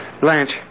Blanche